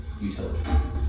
utilities